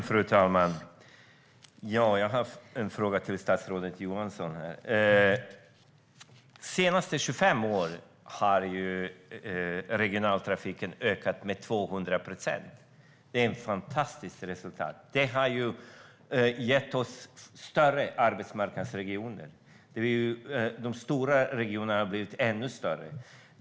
Fru talman! Jag har en fråga till statsrådet Johansson. De senaste 25 åren har regionaltrafiken ökat med 200 procent. Det är ett fantastiskt resultat. Det har gett oss större arbetsmarknadsregioner. De stora regionerna har blivit ännu större.